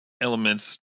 elements